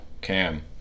Cam